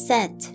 Set